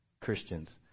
Christians